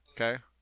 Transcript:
Okay